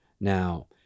Now